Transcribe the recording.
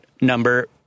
number